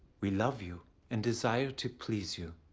we love you and desire to please you.